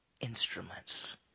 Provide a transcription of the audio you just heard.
instruments